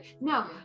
No